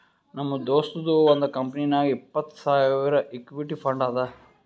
ನಮ್ ದೋಸ್ತದು ಒಂದ್ ಕಂಪನಿನಾಗ್ ಇಪ್ಪತ್ತ್ ಸಾವಿರ್ ಇಕ್ವಿಟಿ ಫಂಡ್ ಅದಾ